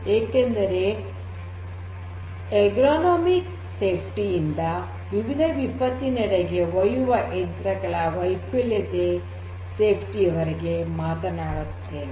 ಏಕೆಂದರೆ ergonomics safety ಯಿಂದ ವಿವಿಧ ವಿಪತ್ತಿನೆಡೆಗೆ ಒಯ್ಯುವ ಯಂತ್ರಗಳ ವೈಫಲ್ಯತೆಯಿಂದ ಸುರಕ್ಷತೆಯವರೆಗೆ ಮಾತನಾಡುತ್ತಿದ್ದೇವೆ